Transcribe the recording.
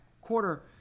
quarter